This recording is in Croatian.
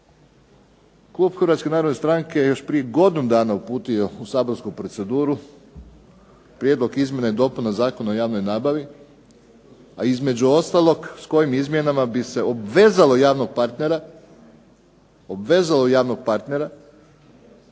Klub Hrvatske narodne stranke još prije godinu dana je uputio u saborsku proceduru Prijedlog izmjena i dopuna Zakona o javnoj nabavi, a između ostalog s kojim izmjenama bi se obvezalo javnog partnera ili onemogućilo javnog partnera